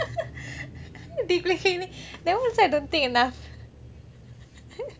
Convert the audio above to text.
deep cleaning that also I don't think enough